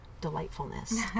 delightfulness